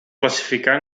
classificar